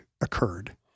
occurred